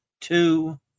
two